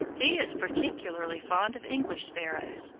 he is particularly fond of english sparrows.